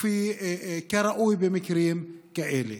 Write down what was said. כפי שראוי במקרים כאלה.